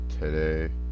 today